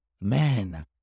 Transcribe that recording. man